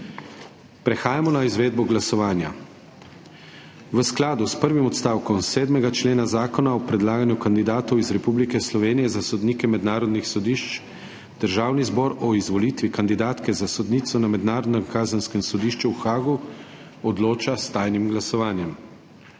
Prehajamo na izvedbo glasovanja. V skladu s prvim odstavkom 7. člena Zakona o predlaganju kandidatov iz Republike Slovenije za sodnike mednarodnih sodišč Državni zbor o izvolitvi kandidatke za sodnico na Mednarodnem kazenskem sodišču v Haagu odloča s tajnim glasovanjem.